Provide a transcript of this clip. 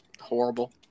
horrible